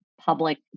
public